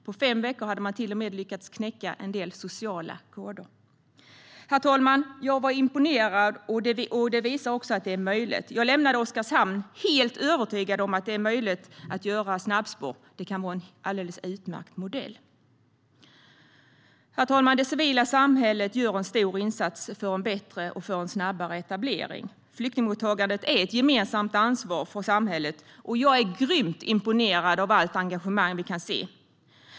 På fem veckor hade de till och med lyckats knäcka en del koder. Herr talman! Jag var imponerad. Det visar också att det är möjligt. Jag lämnade Oskarshamn helt övertygad om att det är möjligt att göra snabbspår. Det kan vara en alldeles utmärkt modell. Herr talman! Det civila samhället gör en stor insats för en bättre och snabbare etablering. Flyktingmottagandet är ett gemensamt ansvar för samhället, och jag är grymt imponerad av allt engagemang vi kan se.